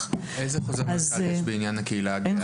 --- איזה חוזר מנכ"ל יש בעניין הקהילה הגאה?